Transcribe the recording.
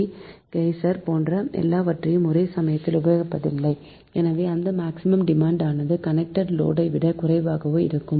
C geyser போன்ற எல்லாவற்றையும் ஒரே சமயத்தில் உபயோகிப்பதில்லைஎனவே இந்த மேக்சிமம் டிமாண்ட் ஆனது கனெக்டட் லோடு ஐ விட குறைவாகவே இருக்கும்